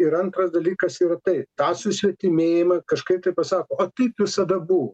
ir antras dalykas yra taip tą susvetimėjimą kažkaip tai pasako o taip visada buvo